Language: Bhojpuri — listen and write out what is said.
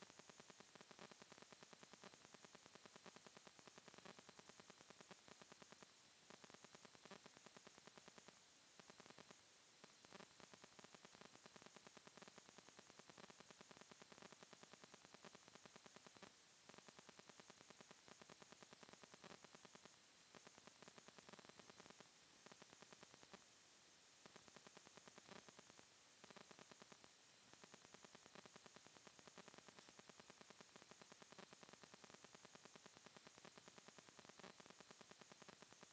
पहली बार ब्रिटेन मे अठारह सौ इकसठ मे खुलल रहे